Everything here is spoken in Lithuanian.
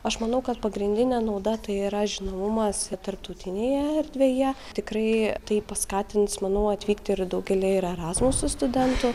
aš manau kad pagrindinė nauda tai yra žinomumas tarptautinėje erdvėje tikrai tai paskatins manau atvykti ir daugelį ir erasmuso studentų